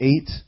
eight